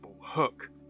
hook